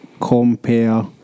Compare